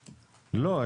נתונים?